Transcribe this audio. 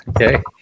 okay